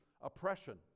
oppression